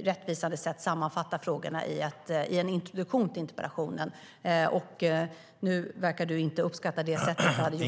rättvisande sätt sammanfatta frågorna i en inledning till interpellationen. Nu verkar du inte uppskatta det sättet .